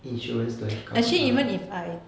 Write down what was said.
insurance to have cov~